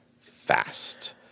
fast